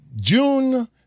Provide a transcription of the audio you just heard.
June